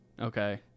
Okay